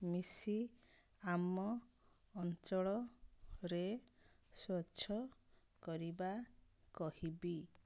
ମିଶି ଆମ ଅଞ୍ଚଳରେ ସ୍ୱଚ୍ଛ କରିବା କହିବି